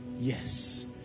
Yes